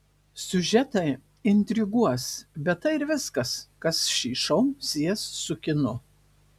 siužetai intriguos bet tai ir viskas kas šį šou sies su kinu